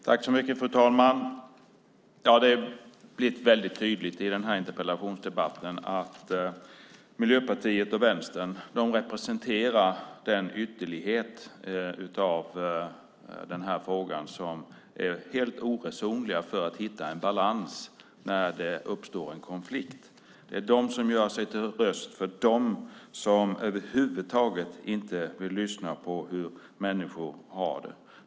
Fru talman! Det blir tydligt i denna interpellationsdebatt att Miljöpartiet och Vänstern representerar den ytterlighet när det gäller denna fråga som är helt oresonlig för att hitta en balans när det uppstår en konflikt. Det är de som gör sig till tolk för dem som över huvud taget inte vill lyssna på hur människor har det.